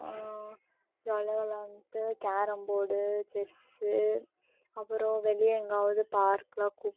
ஜாலியாக விளாண்டுட்டு carrom board chess அப்புறம் வெளியே எங்காவது பார்க்குலாம் கூப்பிட்டு